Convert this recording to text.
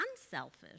unselfish